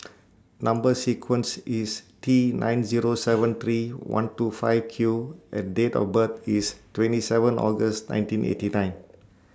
Number sequence IS T nine Zero seven three one two five Q and Date of birth IS twenty seven August nineteen eighty nine